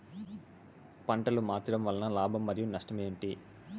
పంటలు మార్చడం వలన లాభం మరియు నష్టం ఏంటి